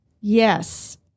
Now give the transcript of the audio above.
Yes